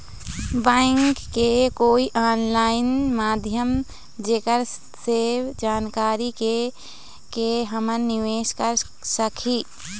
Bank के कोई online माध्यम जेकर से जानकारी के के हमन निवेस कर सकही?